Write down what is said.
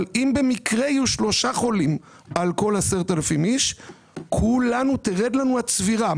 אבל אם במקרה יהיו שלושה חולים על כל 10,000 איש כולנו תרד לנו הצבירה.